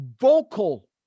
vocal